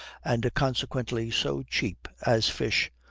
and consequently so cheap, as fish,